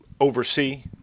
oversee